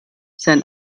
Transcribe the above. sein